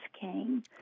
came